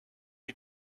you